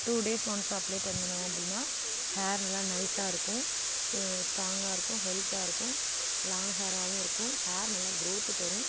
two days once apply பண்ணினோம் அப்படின்னா hair நல்ல நைசா இருக்கும் ஸ்ட்ராங்காக இருக்கும் ஹெல்த்தாக இருக்கும் லாங் ஹேராகவும் இருக்கும் ஹேர் நல்லா க்ரோத் தரும்